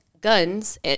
guns